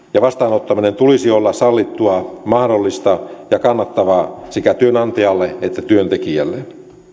ja vastaanottamisen tulisi olla sallittua mahdollista ja kannattavaa sekä työnantajalle että työntekijälle